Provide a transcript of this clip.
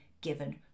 given